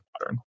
modern